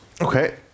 Okay